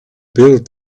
build